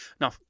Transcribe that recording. Now